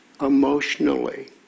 emotionally